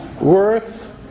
worth